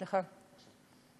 סליחה,